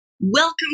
Welcome